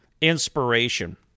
inspiration